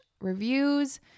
Reviews